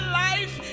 life